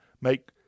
make